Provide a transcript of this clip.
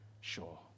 sure